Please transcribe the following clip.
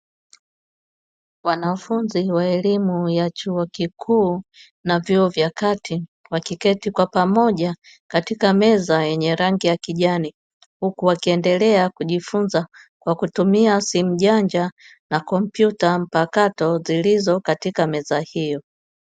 Wanafunzi wa elimu ya chuo kukuu na vyuo vya kati, wakiketi kwa pamoja katika meza yenye rangi ya kijani, huku wakiendelea kujifunza kwa kutumia simu janja na kompyuta mpakato zilizopo katika meza hio.